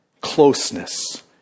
closeness